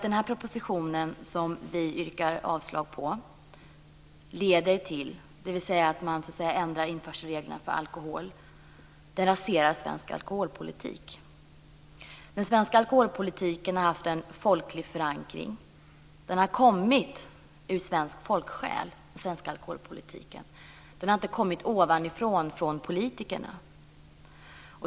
Den proposition som vi nu yrkar avslag på innebär att införselreglerna för alkohol ändras och att svensk alkoholpolitik raseras. Den svenska alkoholpolitiken har haft en folklig förankring. Den svenska alkoholpolitiken har sprungit ur svensk folksjäl, inte lagts på ovanifrån från politikerna.